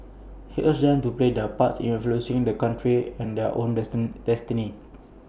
he urged them to play their part in influencing the country's and their own destiny